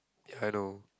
I know